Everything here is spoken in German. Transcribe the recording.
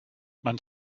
man